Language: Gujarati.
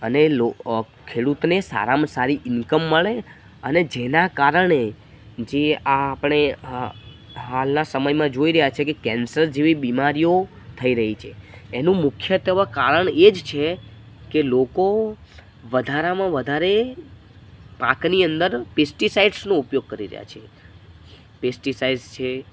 અને લો ખેડૂતને સારામાં સારી ઇન્કમ મળે અને જેના કારણે જે આ આપણે હાલના સમયમાં જોઈ રહ્યા છે કે કેન્સર જેવી બીમારીઓ થઈ રહી છે એનું મુખ્યત્વે કારણ એ જ છે કે લોકો વધારામાં વધારે પાકની અંદર પેસ્ટીસાઇડ્સનો ઉપયોગ કરી રહ્યા છે પેસ્ટીસાઇડ્સ છે